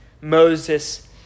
Moses